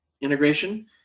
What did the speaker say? integration